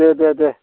दे दे दे